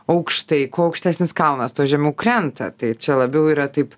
aukštai kuo aukštesnis kalnas tuo žemiau krenta tai čia labiau yra taip